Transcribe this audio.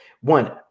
one